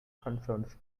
concerns